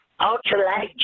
ultralight